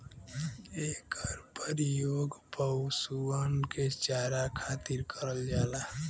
एकर परियोग पशुअन के चारा खातिर करल जाला